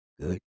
good